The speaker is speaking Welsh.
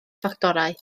ffactorau